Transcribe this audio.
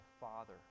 Father